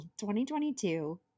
2022